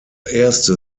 erste